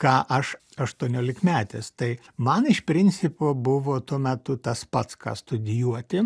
ką aš aštuoniolikmetis tai man iš principo buvo tuo metu tas pats ką studijuoti